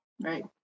Right